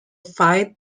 fight